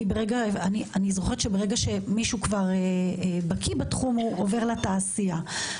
אני זוכרת שברגע שמישהו כבר בקיא בתחום הוא עובר לתעשייה.